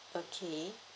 okay